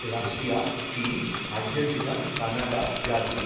Russia চীন Argentina Canada Brazil